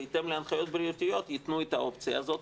בהתאם להנחיות בריאותיות ייתנו את האופציה הזאת.